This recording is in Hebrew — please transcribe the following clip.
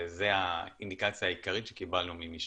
וזו האינדיקציה העיקרית שקיבלנו ממשתמשים,